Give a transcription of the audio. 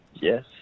Yes